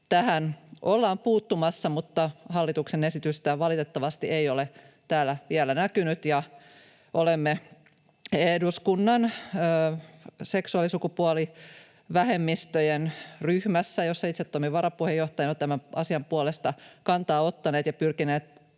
tähän ollaan puuttumassa, mutta hallituksen esitystä valitettavasti ei ole täällä vielä näkynyt, ja olemme eduskunnan seksuaali‑ ja sukupuolivähemmistöjen ryhmässä, jossa itse toimin varapuheenjohtajana, tämän asian puolesta kantaa ottaneet ja pyrkineet